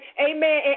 Amen